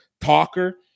talker